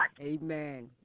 Amen